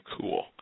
cool